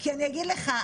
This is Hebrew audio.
אני אגיד לך,